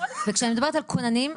וכשאני מדברת על כוננים,